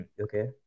Okay